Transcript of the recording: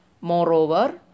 Moreover